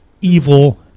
evil